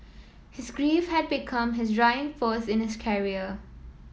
his grief had become his driving force in his career